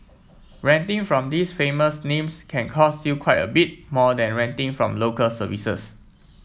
renting from these famous names can cost you quite a bit more than renting from Local Services